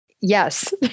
Yes